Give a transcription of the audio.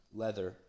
leather